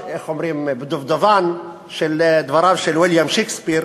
בדובדבן מדבריו של ויליאם שייקספיר,